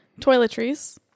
toiletries